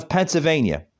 Pennsylvania